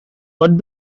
what